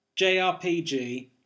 JRPG